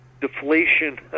deflation